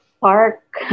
park